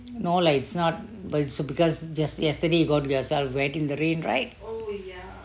no lah it's not but it's because just yesterday you got yourself wet in the rain right